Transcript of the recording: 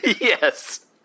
Yes